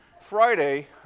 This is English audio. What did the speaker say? Friday